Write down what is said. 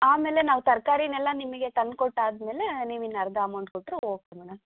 ಆಮೇಲೆ ನಾವು ತರಕಾರಿನೆಲ್ಲ ನಿಮಗೆ ತಂದ್ಕೊಟ್ಟಾದ್ಮೇಲೆ ನೀವು ಇನ್ನು ಅರ್ಧ ಅಮೌಂಟ್ ಕೊಟ್ಟರೆ ಓಕೆ ಮೇಡಮ್